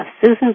Susan